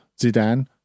Zidane